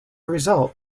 result